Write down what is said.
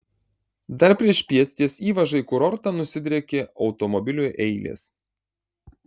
dar priešpiet ties įvaža į kurortą nusidriekė automobilių eilės